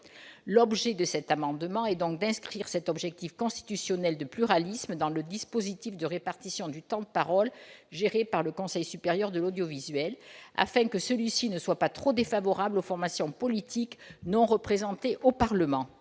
L'objet de cet amendement est d'inscrire cet objectif constitutionnel d'expression du pluralisme dans le dispositif de répartition du temps de parole géré par le Conseil supérieur de l'audiovisuel, afin qu'il ne soit pas trop défavorable aux formations politiques non représentées au Parlement.